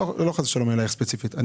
אני לא מדבר אלייך ספציפית, חס ושלום.